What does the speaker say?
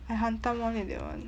I hantam [one] eh that one